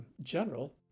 general